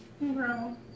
Bro